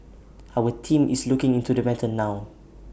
our team is looking into the matter now